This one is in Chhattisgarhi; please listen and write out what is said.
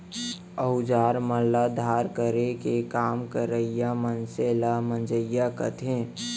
अउजार मन ल धार करे के काम करइया मनसे ल मंजइया कथें